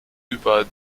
über